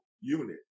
unit